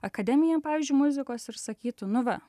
akademiją pavyzdžiui muzikos ir sakytų nu va